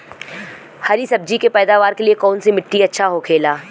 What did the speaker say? हरी सब्जी के पैदावार के लिए कौन सी मिट्टी अच्छा होखेला?